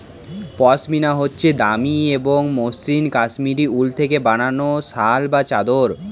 পশমিনা হচ্ছে দামি এবং মসৃন কাশ্মীরি উল থেকে বানানো শাল বা চাদর